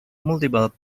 multiple